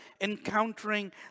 encountering